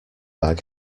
bag